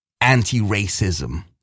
anti-racism